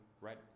Right